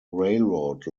railroad